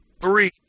three